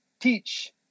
teach